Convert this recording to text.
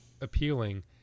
appealing